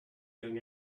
young